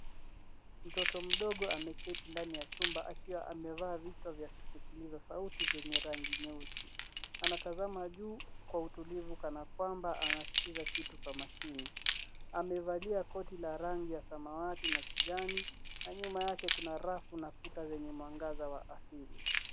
Mtoto mdogo ameketi ndani ya chumba akiwa amevaa vichwa vya kusikiliza sauti, vina rangi nyeusi. Anatazama juu kwa utulivu, kana kwamba anasikiza kwa makini. Amevalia koti la rangi ya samawati na kijani, na nyuma yake kuna rafu na kuta zenye mwangaza wa asili.